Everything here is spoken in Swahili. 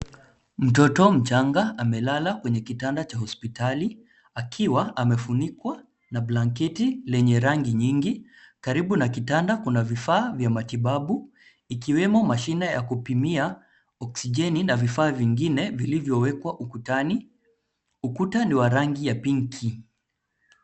Mtoto mchanga amelala kwenye kitanda cha hospitali akiwa amefunikwa na blanketi lenye rangi nyingi. Karibu na kitanda kuna vifaa vya matibabu, ikiwemo mashine ya kupimia oksijeni na vifaa vingine vilivyowekwa ukutani. Ukuta ni wa rangi ya pinki .